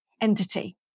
entity